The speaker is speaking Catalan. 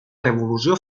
revolució